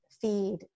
feed